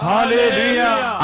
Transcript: Hallelujah